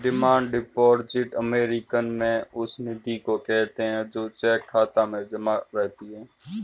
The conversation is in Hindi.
डिमांड डिपॉजिट अमेरिकन में उस निधि को कहते हैं जो चेक खाता में जमा रहती है